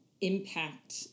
impact